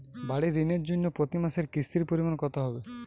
বাড়ীর ঋণের জন্য প্রতি মাসের কিস্তির পরিমাণ কত হবে?